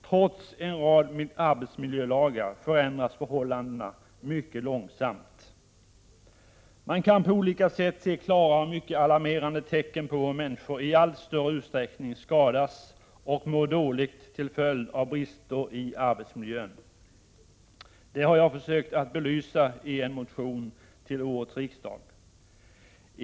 Trots en rad nya arbetsmiljölagar förändras förhållandena mycket långsamt. Man kan på olika sätt se klara och mycket alarmerande tecken på hur människor i allt större utsträckning skadas och mår dåligt till följd av brister i arbetsmiljön. Det har jag försökt att belysa i en motion till årets riksdag.